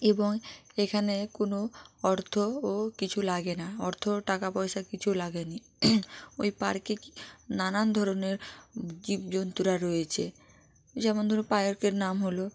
এবং এখানে কোনো অর্থ ও কিছু লাগে না অর্থর টাকা পয়সা কিছু লাগে নি ওই পার্কে কী নানান ধরনের জীব জন্তুরা রয়েছে যেমন ধরো পার্কের নাম হলো